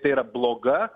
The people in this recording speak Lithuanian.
tai yra bloga